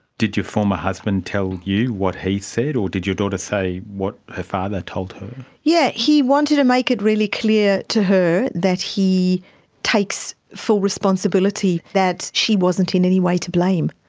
did your former husband tell you what he said, or did your daughter say what your father told her? yeah, he wanted to make it really clear to her that he takes full responsibility, that she wasn't in any way to blame.